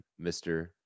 Mr